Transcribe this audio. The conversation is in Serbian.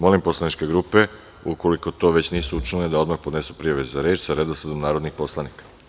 Molim poslaničke grupe, ukoliko to već nisu učinile, da odmah podnesu prijave za reč sa redosledom narodnih poslanika.